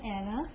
Anna